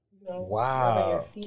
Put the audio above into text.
Wow